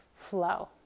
flow